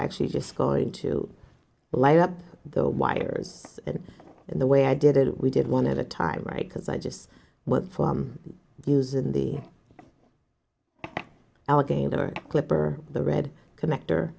actually just going to light up the wires in the way i did it we did one at a time right because i just went for use in the alligator clip or the red connector